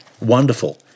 wonderful